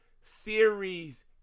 series